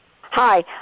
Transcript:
Hi